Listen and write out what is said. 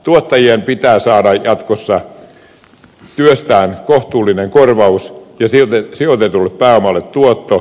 tuottajien pitää saada jatkossa työstään kohtuullinen korvaus ja sijoitetulle pääomalle tuotto